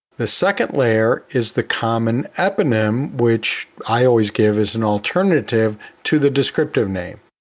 the second layer is the common eponym, which i always give as an alternative to the descriptive name.